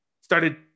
started